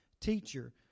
Teacher